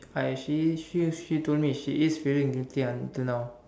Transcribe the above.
I she she is she told me she is feeling guilty until now